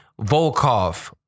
Volkov